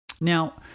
Now